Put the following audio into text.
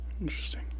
interesting